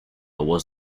was